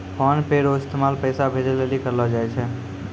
PhonePe रो इस्तेमाल पैसा भेजे लेली करलो जाय छै